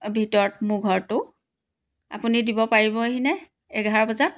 ভিতৰত মোৰ ঘৰটো আপুনি দিব পাৰিবহি নে এঘাৰ বজাত